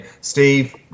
Steve